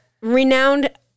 renowned